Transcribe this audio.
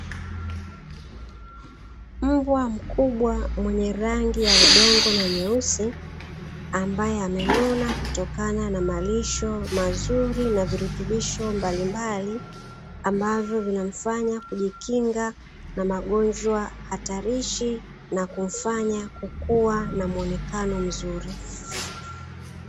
Mbwa mkubwa mwenye rangi ya udongo na nyeusi ambaye amenona kutoka na malisho mazuri na virutibisho mbalimbali, ambavyo vinamfanya kujikinga na magonjwa hatarishi na kumfanya kukuwa na mwonekano mzuri.